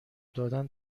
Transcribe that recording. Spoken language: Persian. دادن